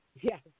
Yes